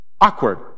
Awkward